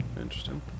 Interesting